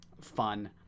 fun